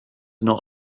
not